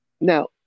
Now